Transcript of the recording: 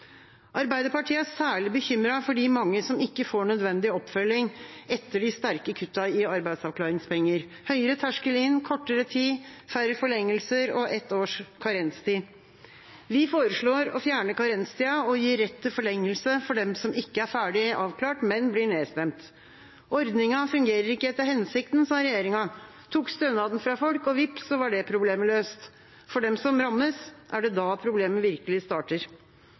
Arbeiderpartiet er særlig bekymret for de mange som ikke får nødvendig oppfølging etter de sterke kuttene i arbeidsavklaringspenger – høyere terskel inn, kortere tid, færre forlengelser og ett års karenstid. Vi foreslår å fjerne karenstida og gi rett til forlengelse for dem som ikke er ferdig avklart, men blir nedstemt. Ordningen fungerer ikke etter hensikten, sa regjeringa, tok stønaden fra folk, og vips, så var det problemet løst. For dem som rammes, er det da problemet virkelig starter.